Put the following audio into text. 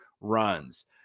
runs